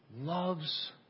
loves